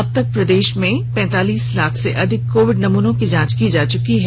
अब तक प्रदेश में पैंतालीस लाख से अधिक कोविड नमूनों की जांच हो चुकी है